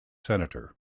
senator